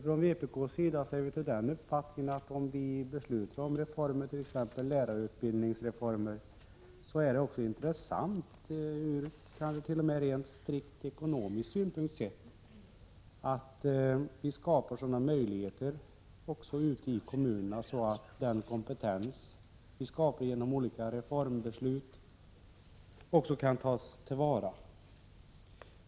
Från vpk:s sida är vi av den uppfattningen, att om vi beslutar om reformer, t.ex. lärarutbildningsreformer, är det också intressant, kanske t.o.m. från rent ekonomisk synpunkt, att skapa sådana möjligheter också ute i kommunerna att den kompetens vi får genom olika reformbeslut också kan tas till vara.